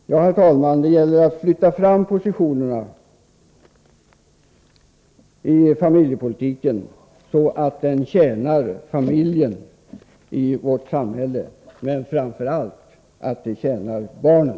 Herr talman! Det gäller att flytta fram positionerna i familjepolitiken så att den tjänar familjen i vårt samhälle men framför allt tjänar barnen.